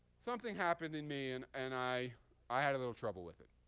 something happened in me, and and i i had a little trouble with it.